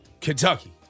Kentucky